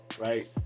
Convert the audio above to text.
right